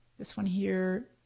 this one here.